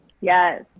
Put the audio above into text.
yes